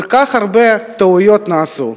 כל כך הרבה טעויות נעשו,